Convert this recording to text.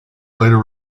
later